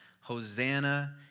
Hosanna